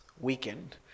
weekend